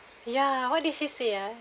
ya what did she say ah